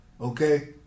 Okay